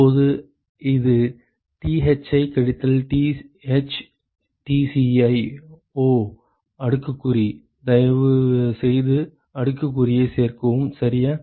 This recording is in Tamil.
இப்போது இது Thi கழித்தல் Th Tci ஓ அடுக்குக்குறி தயவு செய்து அடுக்குக்குறியைச் சேர்க்கவும் சரியா